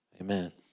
Amen